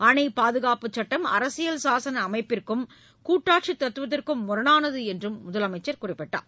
அணை பாதுகாப்பு சட்டம் அரசியல் சாசன அமைப்பிற்கும் கூட்டாட்சி தத்துவதற்கும் முரணானது என்று முதலமைச்சர் குறிப்பிட்டார்